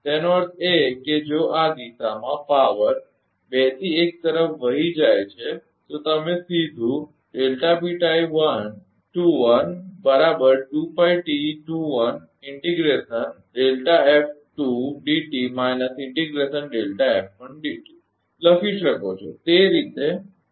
તેનો અર્થ એ કે જો આ દિશામાં પાવર 2 થી 1 તરફ વહી જાય છે તો તમે સીધું લખી શકો છો